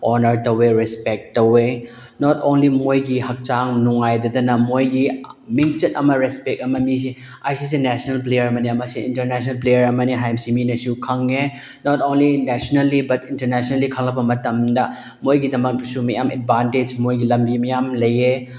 honour ꯇꯧꯋꯦ respect ꯇꯧꯋꯦ not only ꯃꯣꯏꯒꯤ ꯍꯛꯆꯥꯡ ꯅꯨꯡꯉꯥꯏꯇꯗꯅ ꯃꯣꯏꯒꯤ ꯃꯤꯡꯆꯠ ꯑꯃ ꯔꯦꯁꯄꯦꯛ ꯑꯃ ꯃꯤꯁꯦ ꯑꯁꯤꯁꯦ ꯅꯦꯁꯅꯦꯜ ꯄ꯭ꯂꯦꯌꯔ ꯑꯃꯅꯤ ꯃꯁꯤ ꯏꯟꯇꯔꯅꯦꯁꯅꯦꯜ ꯄ꯭ꯂꯦꯌꯔ ꯑꯃꯅꯤ ꯍꯥꯏꯕꯁꯦ ꯃꯤꯅꯁꯨ ꯈꯪꯉꯦ ꯅꯣꯠ ꯑꯣꯡꯂꯤ ꯅꯦꯁꯅꯦꯜꯂꯤ ꯕꯠ ꯏꯟꯇꯔꯅꯦꯁꯅꯦꯜꯂꯤ ꯈꯜꯂꯛꯄ ꯃꯇꯝꯗ ꯃꯣꯏꯒꯤꯗꯃꯛꯇꯁꯨ ꯃꯌꯥꯝ ꯑꯦꯠꯕꯥꯟꯇꯦꯁ ꯃꯣꯏꯒꯤ ꯂꯝꯕꯤ ꯃꯌꯥꯝ ꯂꯩꯌꯦ